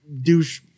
douche